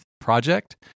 project